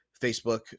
Facebook